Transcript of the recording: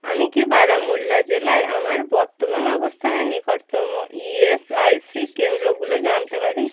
আমি কি বারামুল্লা জেলায় আমার বর্তমান অবস্থানের নিকটতম ইএসআইসি কেন্দ্রগুলো জানতে পারি